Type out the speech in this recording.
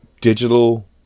Digital